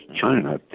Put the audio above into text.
China